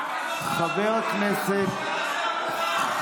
למה שם מותר?